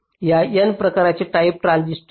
या n प्रकारचे type transistor